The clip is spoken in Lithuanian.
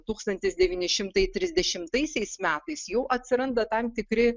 tūkstantis devyni šimtai trisdešimtaisiais metais jau atsiranda tam tikri